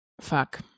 fuck